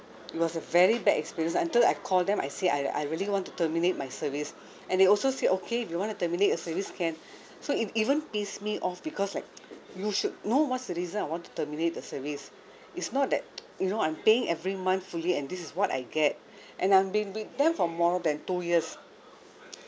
it was a very bad experience until I call them I say I I really want to terminate my service and they also say okay if you want to terminate the service can so it even piss me off because like you should know what's the reason I want to terminate the service it's not that you know I'm paying every month fully and this is what I get and I've been with them for more than two years